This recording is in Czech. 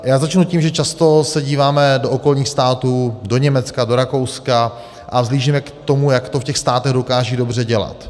Já začnu tím, že často se díváme do okolních států, do Německa, do Rakouska, a vzhlížíme k tomu, jak to v těch státech dokážou dobře dělat.